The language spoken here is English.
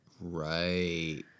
Right